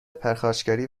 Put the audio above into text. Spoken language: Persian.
پرخاشگری